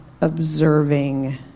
observing